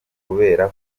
kubera